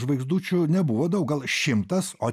žvaigždučių nebuvo daug gal šimtas o